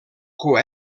dur